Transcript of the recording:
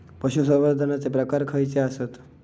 पशुसंवर्धनाचे प्रकार खयचे आसत?